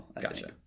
gotcha